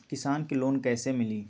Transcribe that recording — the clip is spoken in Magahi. किसान के लोन कैसे मिली?